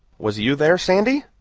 was you there, sandy?